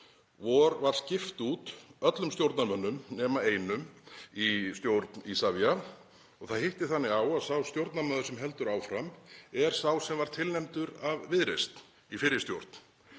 var öllum stjórnarmönnum skipt út nema einum í stjórn Isavia og það hittir þannig á að sá stjórnarmaður sem heldur áfram er sá sem var tilnefndur af Viðreisn í fyrri stjórn.